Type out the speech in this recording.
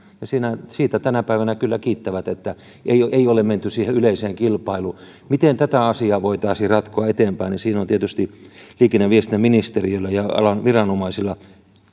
siitä tänä päivänä kyllä kiittävät että ei ole menty siihen yleiseen kilpailuun miten tätä asiaa voitaisiin ratkoa eteenpäin siinä on tietysti liikenne ja viestintäministeriöllä ja alan viranomaisilla